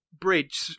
bridge